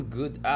good